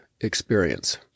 experience